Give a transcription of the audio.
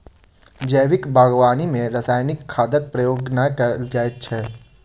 जैविक बागवानी मे रासायनिक खादक प्रयोग नै कयल जाइत छै